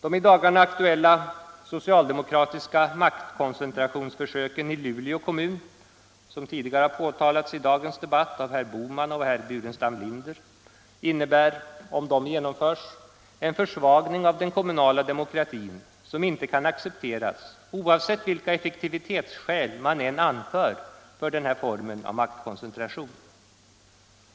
De i dagarna aktuella socialdemokratiska maktkoncentrationsförsöken i Luleå kommun, som tidigare har påtalats i dagens debatt av herr Bohman och herr Burenstam Linder, innebär — om de genomförs — en försvagning av den kommunala demokratin som inte kan accepteras, oavsett vilka effektivitetsskäl man än anför för denna form av maktkoncentration.